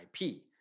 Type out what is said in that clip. IP